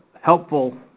helpful